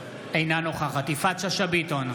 אינה נוכחת יפעת שאשא ביטון,